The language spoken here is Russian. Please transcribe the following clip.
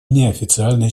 неофициальной